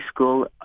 school